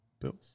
Bills